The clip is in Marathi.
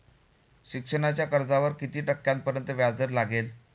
शिक्षणाच्या कर्जावर किती टक्क्यांपर्यंत व्याजदर लागेल?